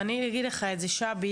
ואני אגיד לך את זה שבי,